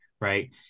Right